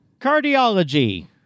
Cardiology